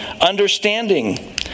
understanding